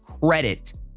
credit